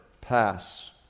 pass